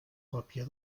còpia